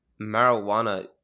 marijuana